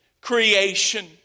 creation